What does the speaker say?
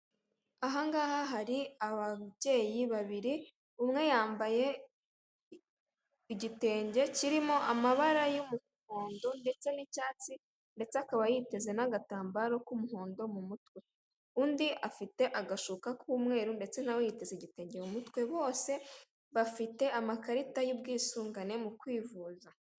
Ahangaha hari ababyeyi babiri umwe yambaye igitenge kirimo amabara y'umuhondo ndetse n'icyatsi, ndetse akaba yiteze n'agatambaro k'umuhondo mu mutwe. Undi afite agashuka k'umweru ndetse nawe yiteze igitenge mu mutwe bose bafite amakarita y'ubwisungane mu kwivuza.